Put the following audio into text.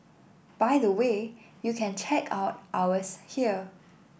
by the way you can check out ours here